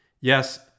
Yes